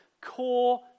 core